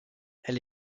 elle